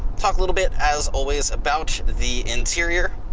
talk a little bit as always about the interior.